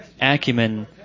acumen –